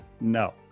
No